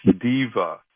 diva